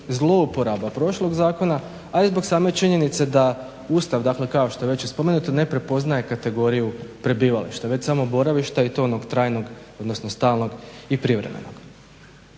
zlouporaba prošlog zakona, a i zbog same činjenice da Ustav, dakle kao što je već i spomenuto ne prepoznaje kategoriju prebivališta već samo boravišta i to onog trajnog, odnosno stalnog i privremenog.